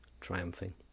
triumphing